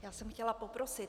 Já jsem chtěla poprosit.